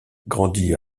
grandit